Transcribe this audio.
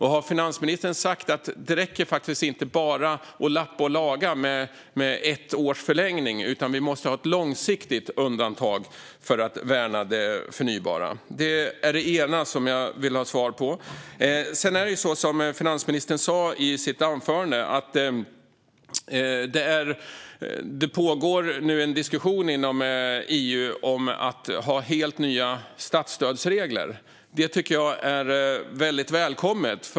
Har finansministern sagt att det inte räcker att bara lappa och laga med ett års förlängning och att vi måste ha ett långsiktigt undantag för att värna det förnybara? Det är det ena som jag vill ha svar på. Som finansministern sa i sitt anförande pågår det en diskussion inom EU om att ha helt nya statsstödsregler. Det tycker jag är väldigt välkommet.